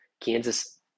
Kansas